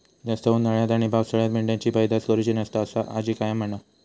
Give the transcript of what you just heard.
जास्त उन्हाळ्यात आणि पावसाळ्यात मेंढ्यांची पैदास करुची नसता, असा आजी कायम म्हणा